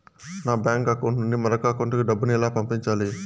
మా bank account నుండి మరొక అకౌంట్ కు డబ్బును ఎలా పంపించాలి